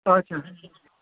اچھا